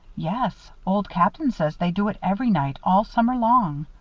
yes, old captain says they do it every night all summer long.